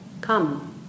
Come